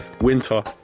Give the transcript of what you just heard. winter